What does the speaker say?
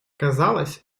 казалось